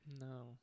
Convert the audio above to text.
no